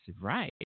right